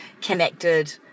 connected